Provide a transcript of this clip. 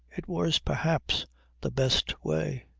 it was perhaps the best way.